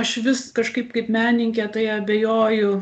aš vis kažkaip kaip menininkė tai abejoju